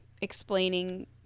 explaining